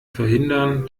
verhindern